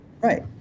Right